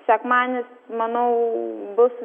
sekmadienis manau bus